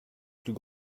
plus